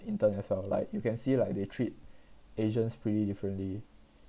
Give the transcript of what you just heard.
intern as well like you can see like they treat asians pretty differently